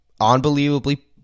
unbelievably